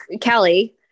Kelly